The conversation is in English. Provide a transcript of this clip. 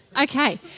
Okay